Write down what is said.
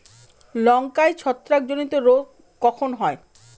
লঙ্কায় ছত্রাক জনিত রোগ কখন হয়?